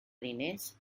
diners